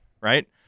right